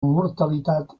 mortalitat